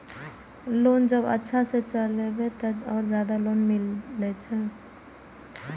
Loan जब अच्छा से चलेबे तो और ज्यादा लोन मिले छै?